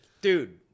Dude